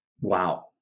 Wow